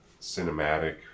Cinematic